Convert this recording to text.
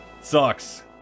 sucks